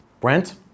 Brent